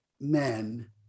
men